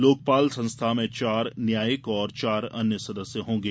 लोकपाल संस्था में चार न्यायिक और चार अन्य सदस्य होंगे